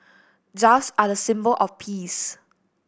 doves are a symbol of peace